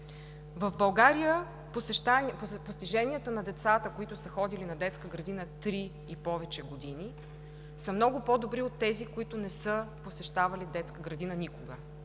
В България постиженията на децата, които са ходили на детска градини три и повече години, са много по-добри от тези, които не са посещавали детска градина никога,